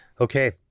Okay